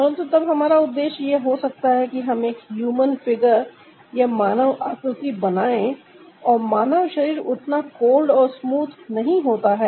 परंतु तब हमारा उद्देश्य यह हो सकता है कि हम एक ह्यूमन फिगर या मानव आकृति बनाएं और मानव शरीर उतना कोल्ड और स्मूथ नहीं होता है